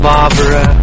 Barbara